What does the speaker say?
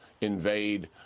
invade